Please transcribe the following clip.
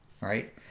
right